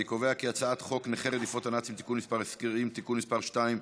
אני קובע כי הצעת חוק נכי רדיפות הנאצים (תיקון מס' 20) (תיקון מס' 2),